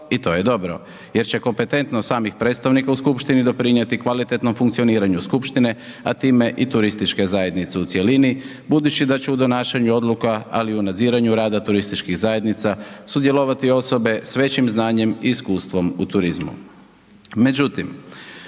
i to je dobro jer će kompetentnost samih predstavnika u skupštini doprinijeti kvalitetnom funkcioniranju skupštine a time i turističke zajednice u cjelini budući da će u donošenju odluka ali u nadziranju rada turističkih zajednica sudjelovati osobe s većim znanjem i iskustvom u turizmu.